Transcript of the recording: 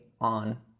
on